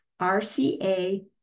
RCA